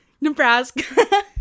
Nebraska